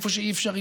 איפה שאי-אפשר,